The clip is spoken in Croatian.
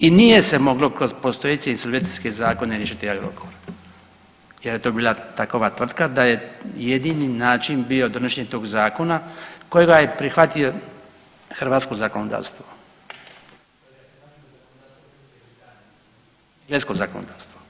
I nije se moglo kroz postojeće insolvencijske zakone riješiti Agrokor jer je to bila takova tvrtka da je jedini način bio donošenje tog zakona kojega je prihvatio hrvatsko zakonodavstvo. … [[Upadica iz klupe se ne razumije]] Europsko zakonodavstvo.